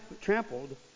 trampled